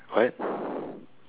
what